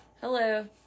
Hello